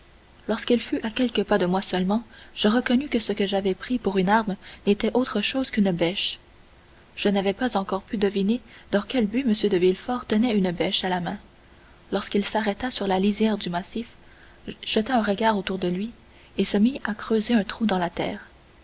lorsqu'il fut à quelques pas de moi seulement je reconnus que ce que j'avais pris pour une arme n'était rien autre chose qu'une bêche je n'avais pas encore pu deviner dans quel but m de villefort tenait une bêche à la main lorsqu'il s'arrêta sur la lisière du massif jeta un regard autour de lui et se mit à creuser un trou dans la terre